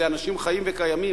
זה אנשים חיים וקיימים,